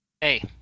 Hey